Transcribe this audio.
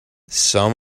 some